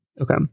Okay